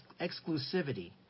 exclusivity